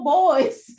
boys